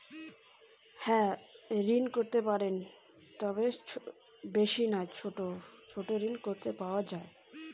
উৎসবের জন্য মুই কোনঠে ছোট ঋণ পাওয়া পারি?